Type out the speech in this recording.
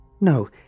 No